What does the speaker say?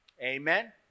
Amen